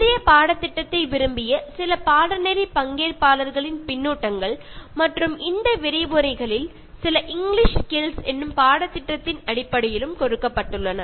முந்தைய பாடத்திட்டத்தை விரும்பிய சில பாடநெறி பங்கேற்பாளர்களின் பின்னூட்டங்கள் மற்றும் இந்த விரிவுரைகளில் சில இங்கிலீஷ் ஸ்கில்ஸ் எனும் பாடத்திட்டத்தின் அடிப்படையிலும் கொடுக்கப்பட்டுள்ளது